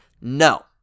no